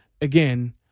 Again